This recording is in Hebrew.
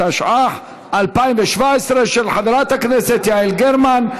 התשע"ח 2017, של חברת הכנסת יעל גרמן.